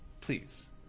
Please